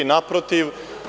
Naprotiv.